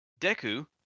Deku